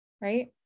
right